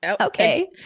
okay